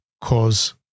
cause